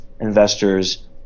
investors